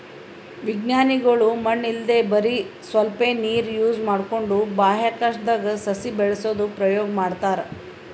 ವಿಜ್ಞಾನಿಗೊಳ್ ಮಣ್ಣ್ ಇಲ್ದೆ ಬರಿ ಸ್ವಲ್ಪೇ ನೀರ್ ಯೂಸ್ ಮಾಡ್ಕೊಂಡು ಬಾಹ್ಯಾಕಾಶ್ದಾಗ್ ಸಸಿ ಬೆಳಸದು ಪ್ರಯೋಗ್ ಮಾಡ್ತಾರಾ